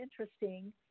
interesting